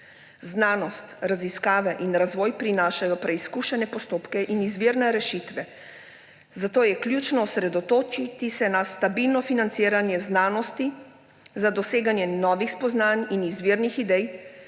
Znanost, raziskave in razvoj prinašajo preizkušene postopke in izvirne rešitve, zato je ključno osredotočiti se na stabilno financiranje znanosti za doseganje novih spoznaj in izvirnih idej,